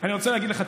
אני רוצה להגיד לך,